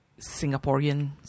Singaporean